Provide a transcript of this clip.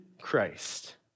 Christ